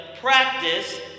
practice